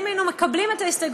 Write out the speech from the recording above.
אם היינו מקבלים את ההסתייגות,